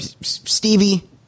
Stevie